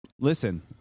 Listen